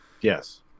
Yes